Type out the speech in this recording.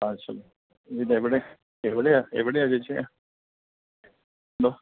ആ ശരി ഇതെവിടെയാ എവിടെയാ എവിടെയാ ചേച്ചി എന്തോ